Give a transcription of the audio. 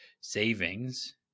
savings